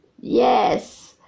Yes